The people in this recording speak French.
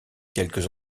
quelques